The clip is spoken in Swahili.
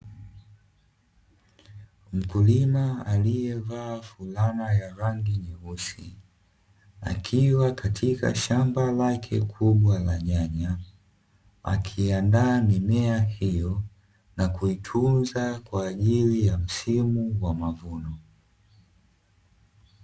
Mkulima aliye vaa fulana ya rangi nyeusi, akiwa katika shamba lake kubwa la nyanya akiiandaa mimea hiyo na kuitunza kwa ajili ya msimu wa mavuno.